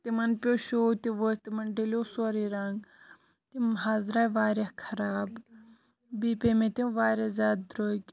تِمَن پیٚو شو تہٕ ووتھ تِمَن ڈیٚلیو سورٕے رَنٛگ تِم حظ دراے واریاہ خَراب بیٚیہِ پے مےٚ تِم واریاہ زیادٕ درۄگۍ